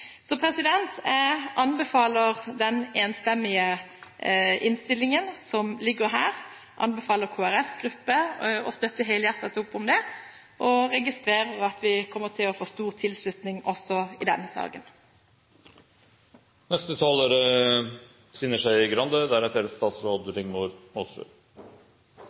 Jeg anbefaler den enstemmige innstillingen, og jeg anbefaler Kristelig Folkepartis gruppe å støtte helhjertet opp om den. Jeg registrerer at vi kommer til å få stor tilslutning også i denne saken. Det er